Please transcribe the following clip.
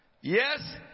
yes